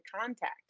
contact